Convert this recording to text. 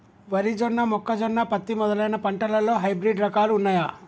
వరి జొన్న మొక్కజొన్న పత్తి మొదలైన పంటలలో హైబ్రిడ్ రకాలు ఉన్నయా?